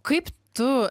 kaip tu